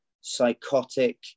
psychotic